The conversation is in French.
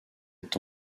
est